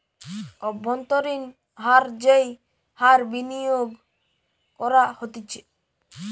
অব্ভন্তরীন হার যেই হার বিনিয়োগ করা হতিছে